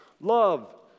Love